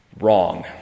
wrong